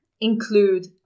include